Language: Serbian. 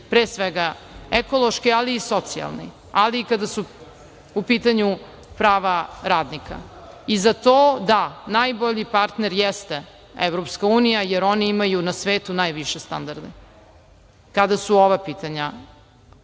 pre svega ekološki, ali i socijalni, ali i kada su u pitanju prava radnika. I za to, da, najbolji partner jeste Evropska unija, jer oni imaju na svetu najviše standarde, kada su ova pitanja